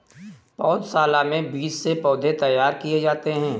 पौधशाला में बीज से पौधे तैयार किए जाते हैं